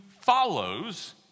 follows